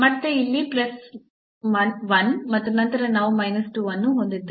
ಮತ್ತೆ ಇಲ್ಲಿ 1 ಮತ್ತು ನಂತರ ನಾವು 2 ಅನ್ನು ಹೊಂದಿದ್ದೇವೆ